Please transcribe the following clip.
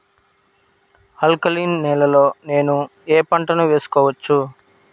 Alkaline నేలలో నేనూ ఏ పంటను వేసుకోవచ్చు?